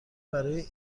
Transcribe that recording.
برای